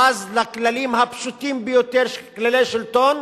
הבז לכללים הפשוטים ביותר, כללי השלטון,